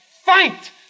fight